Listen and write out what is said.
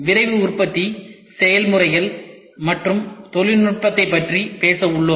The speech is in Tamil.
விரைவு உற்பத்தி செயல்முறைகள் மற்றும் தொழில்நுட்பத்தைப் பற்றி பேச உள்ளோம்